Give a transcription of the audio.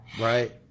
Right